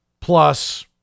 plus